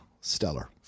stellar